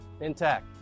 intact